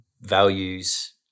values